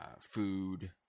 food